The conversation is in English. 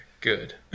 Good